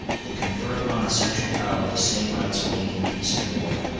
they confer upon the central power the same rights of making peace and war,